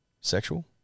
Sexual